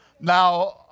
Now